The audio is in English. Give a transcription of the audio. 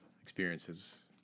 experiences